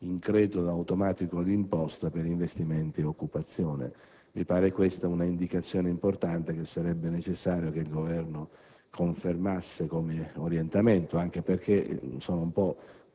in credito automatico di imposta per investimenti e occupazione. Mi pare questa un'indicazione importante, che sarebbe necessario che il Governo confermasse come orientamento, anche perché sono un po'